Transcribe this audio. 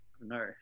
no